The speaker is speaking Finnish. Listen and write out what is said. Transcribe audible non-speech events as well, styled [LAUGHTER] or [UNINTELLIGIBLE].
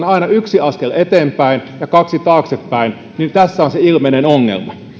[UNINTELLIGIBLE] aina yksi askel eteenpäin ja kaksi taaksepäin niin tässä on se ilmeinen ongelma